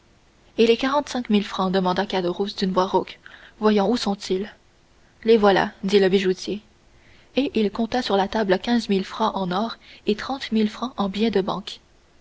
et les quarante-cinq mille francs demanda caderousse d'une voix rauque voyons où sont-ils les voilà dit le bijoutier et il compta sur la table quinze mille francs en or et trente mille francs en billets de banque